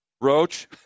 roach